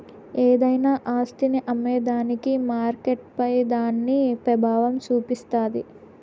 ఏదైనా ఆస్తిని అమ్మేదానికి మార్కెట్పై దాని పెబావం సూపిస్తాది